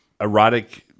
erotic